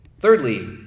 Thirdly